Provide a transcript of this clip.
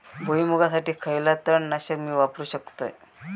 भुईमुगासाठी खयला तण नाशक मी वापरू शकतय?